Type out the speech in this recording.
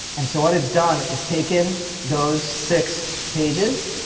and so what it's done is taken those six pages,